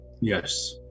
yes